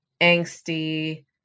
angsty